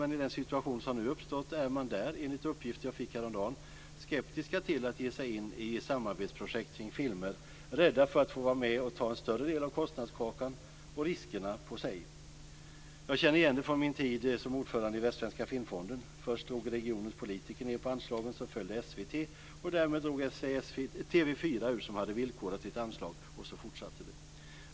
Men i den situation som nu uppstått är man där, enligt uppgift som jag fick häromdagen, skeptisk till att ge sig in i samarbetsprojekt kring filmer och rädd för att få vara med och ta på sig en större del av kostnadskakan och riskerna. Jag känner igen det från min tid som ordförande i Västsvenska filmfonden. Först drog regionens politiker ned på anslagen. Sedan följde SVT, och därmed drog TV 4 sig ur, som hade villkorat sitt anslag. Sedan fortsatte det.